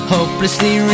Hopelessly